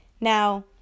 Now